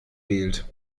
wählt